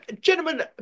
gentlemen